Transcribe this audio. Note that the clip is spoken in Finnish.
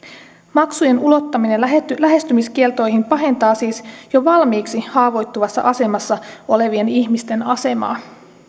maksujen ulottaminen lähestymiskieltoihin pahentaa siis jo valmiiksi haavoittuvassa asemassa olevien ihmisten asemaa